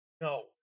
No